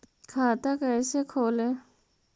खाता कैसे खोले?